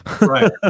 Right